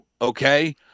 Okay